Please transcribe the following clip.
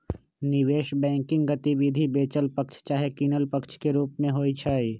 निवेश बैंकिंग गतिविधि बेचल पक्ष चाहे किनल पक्ष के रूप में होइ छइ